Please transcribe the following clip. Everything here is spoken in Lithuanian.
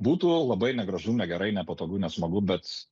būtų labai negražu negerai nepatogu nesmagu bet